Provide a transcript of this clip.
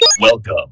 welcome